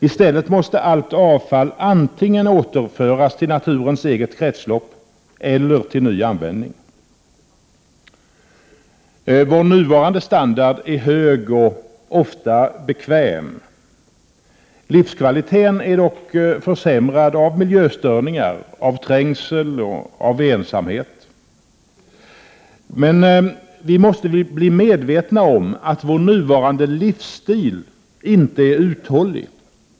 I stället måste allt avfall antingen återföras till naturens eget kretslopp eller till ny användning. Vår nuvarande standard är hög och ofta bekväm. Livskvaliteten är dock försämrad av miljöförstöringar, trängsel eller ensamhet. Men vi måste bli medvetna om att vår nuvarande livsstil inte är hållbar.